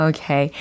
Okay